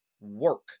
work